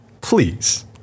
please